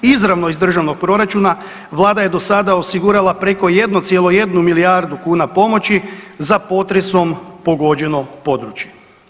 Izravno iz državnog proračuna Vlada je do sada osigurala preko 1,1 milijardu kuna pomoći za potresom pogođeno područje.